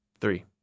three